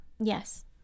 Yes